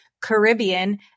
Caribbean